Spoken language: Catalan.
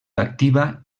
activa